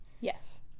Yes